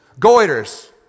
Goiters